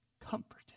comforted